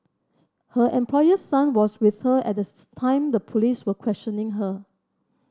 her employer's son was with her at the time the police were questioning her